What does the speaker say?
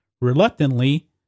reluctantly